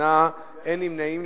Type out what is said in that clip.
שמונה נגד, אין נמנעים.